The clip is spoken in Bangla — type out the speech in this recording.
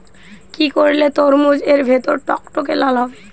কি করলে তরমুজ এর ভেতর টকটকে লাল হবে?